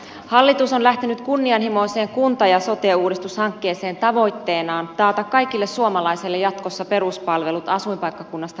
hallitus on lähtenyt kunnianhimoiseen kunta ja sote uudistushankkeeseen tavoitteenaan taata kaikille suomalaisille jatkossa peruspalvelut asuinpaikkakunnasta riippumatta